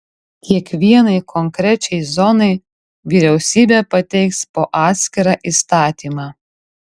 kiekvienai konkrečiai zonai vyriausybė pateiks po atskirą įstatymą